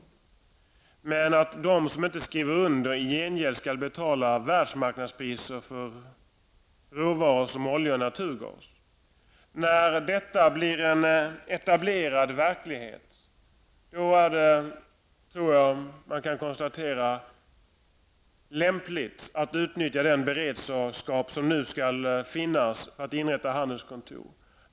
I gengäld skall de som inte skriver under betala världsmarknadspriser för råvaror som olja och naturgas. När detta blir en etablerad verklighet är det kanske lämpligt att utnyttja den beredskap som skall finnas för att inrätta handelskontor.